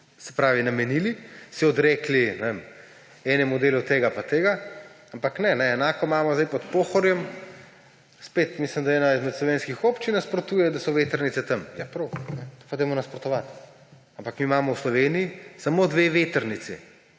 za to namenili, se odrekli, ne vem, enemu delu tega pa tega – ampak ne. Enako imamo zdaj pod Pohorjem. Spet mislim, da ena izmed slovenskih občin nasprotuje, da so vetrnice tam. Ja prav, pa dajmo nasprotovati. Ampak mi imamo v Sloveniji samo dve vetrnici.